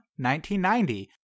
1990